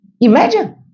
Imagine